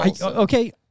Okay